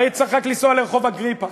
הרי צריך רק לנסוע לרחוב אגריפס,